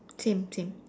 same same